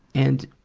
and,